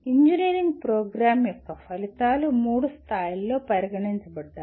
engineering programme యొక్క ఫలితాలు మూడు స్థాయిలలో పరిగణించబడతాయి